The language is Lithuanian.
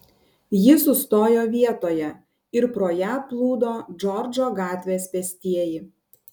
ji sustojo vietoje ir pro ją plūdo džordžo gatvės pėstieji